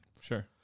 Sure